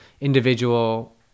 individual